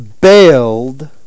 bailed